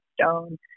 stone